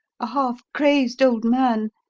a half-crazed old man,